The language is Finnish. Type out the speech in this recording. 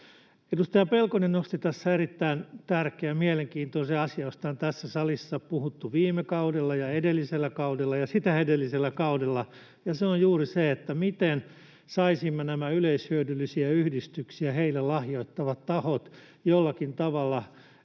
Edustaja Pelkonen nosti tässä erittäin tärkeän, mielenkiintoisen asian, josta on tässä salissa puhuttu viime kaudella ja edellisellä kaudella ja sitä edellisellä kaudella, ja se on juuri se, miten saisimme yleishyödylliset yhdistykset ja niille lahjoittavat tahot jollakin tavalla